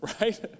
right